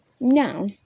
No